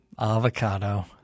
Avocado